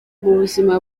buzima